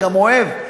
גם אוהב,